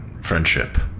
friendship